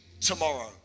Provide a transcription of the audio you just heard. tomorrow